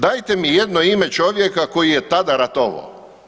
Dajte mi jedno ime čovjeka koji je tada ratovao.